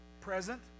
present